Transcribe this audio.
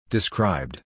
Described